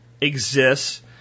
exists